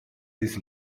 his